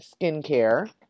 skincare